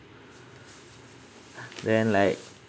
then like